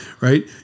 right